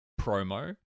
promo